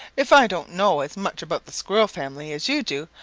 if i don't know as much about the squirrel family as you do,